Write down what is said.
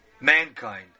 mankind